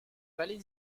vallée